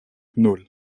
nul